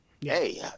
Hey